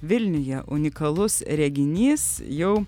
vilniuje unikalus reginys jau